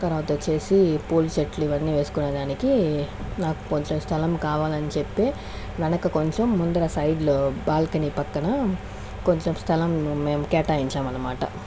తర్వాత వచ్చేసి పూల చెట్లు ఇవన్నీ వేసుకొనేదానికి నాకు కొంచెం స్థలం కావాలని చెప్పి వెనకకు కొంచెం ముందర సైడ్ లో బాల్కని పక్కన కొంచం స్థలం మేము కేటాయించామనమాట